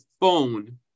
phone